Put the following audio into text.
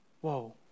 Whoa